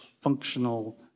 functional